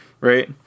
right